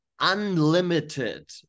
unlimited